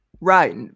Right